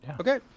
Okay